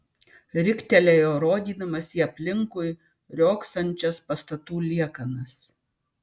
riktelėjo rodydamas į aplinkui riogsančias pastatų liekanas